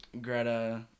Greta